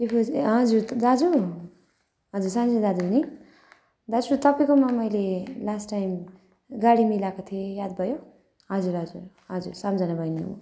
हजुर दाजु हजुर सन्जय दाजु हो नि दाजु तपाईँकोमा मैले लास्ट टाइम गाडी मिलाएको थिएँ याद भयो हजुर हजुर हजुर सम्झना बैनी हो